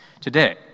today